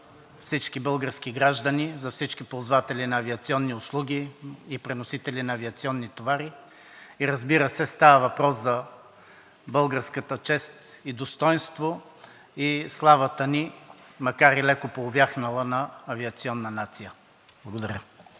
всички български граждани, за всички ползватели на авиационни услуги и преносители на авиационни товари. И разбира се, става въпрос за българската чест и достойнство, славата ни, макар и леко поувяхнала, на авиационна нация. Благодаря.